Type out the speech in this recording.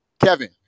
Kevin